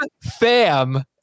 FAM